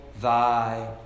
thy